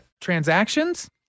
Transactions